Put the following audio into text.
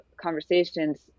conversations